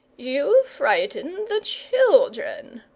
you frighten the children.